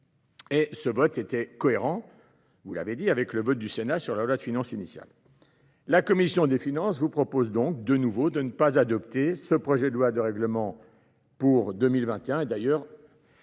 ce vote était cohérent avec le vote du Sénat sur la loi de finances initiale. La commission des finances vous propose donc, de nouveau, de ne pas adopter ce projet de loi de règlement pour 2021.